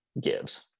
gives